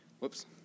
whoops